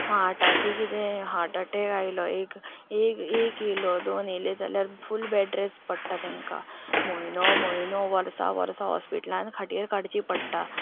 हार्टाचें कितें heart attack आयलो एक एक एक येयलो दोन येयले जाल्यार फूल बॅडरेस्ट पडटा तांकां म्हयनो म्हयनो वर्सां वर्सां हॉस्पिटलांत खाट्येर काडचीं पडटा